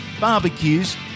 barbecues